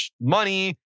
money